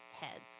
heads